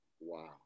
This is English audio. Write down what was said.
Wow